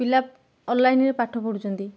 ପିଲା ଅନଲାଇନ୍ରେ ପାଠ ପଢ଼ୁଚନ୍ତି